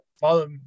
follow